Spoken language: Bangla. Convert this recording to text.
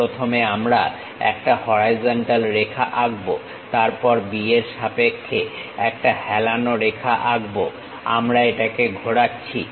প্রথমে আমরা একটা হরাইজন্টাল রেখা আঁকবো তারপর B এর সাপেক্ষে একটা হেলানো রেখা আঁকবো আমরা এটাকে ঘোরাচ্ছি